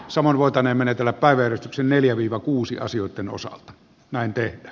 saman voitane menetellä päivän yksi neljä viiva kuusi asioitten osalta nante e